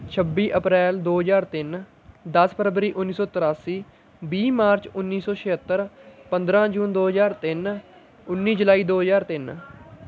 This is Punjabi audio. ਛੱਬੀ ਅਪ੍ਰੈਲ ਦੋ ਹਜ਼ਾਰ ਤਿੰਨ ਦਸ ਫਰਵਰੀ ਉੱਨੀ ਸੌ ਤ੍ਰਿਆਸੀ ਵੀਹ ਮਾਰਚ ਉੱਨੀ ਸੋ ਛਿਹੱਤਰ ਪੰਦਰਾ ਜੂਨ ਦੋ ਹਜ਼ਾਰ ਤਿੰਨ ਉੱਨੀ ਜੁਲਾਈ ਦੋ ਹਜ਼ਾਰ ਤਿੰਨ